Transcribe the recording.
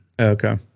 Okay